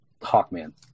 Hawkman